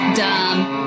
dumb